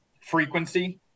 frequency